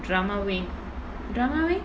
drama week drama week